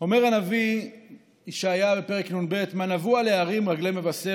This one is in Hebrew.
אומר הנביא ישעיהו בפרק נ"ב: "מה נאוו על ההרים רגלי מבשר,